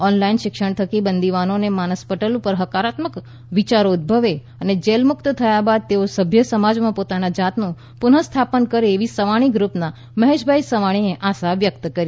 online શિક્ષણ થકી બંદિવાનોના માનસપટલ ઉપર હકારાત્મકતાના વિચારો ઉદ્દભવે અને જેલમુક્ત થયા બાદ તેઓ સભ્ય સમાજમાં પોતાની જાતનું પુનઃસ્થાપન કરે એવી સવાણી ગૃપના મહેશભાઈ સવાણીએ આશા વ્યકત કરી હતી